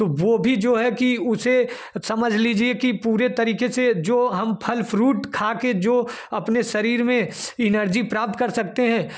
तो वह भी जो है कि उसे समझ लीजिए कि पूरे तरीके से जो हम फल फ्रूट खाकर जो अपने शरीर में इनर्जी प्राप्त कर सकते हैं